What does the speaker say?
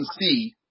see